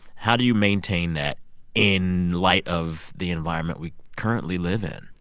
how do you maintain that in light of the environment we currently live in?